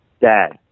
Dad